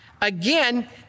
Again